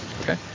Okay